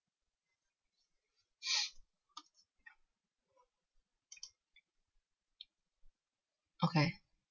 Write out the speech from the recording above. okay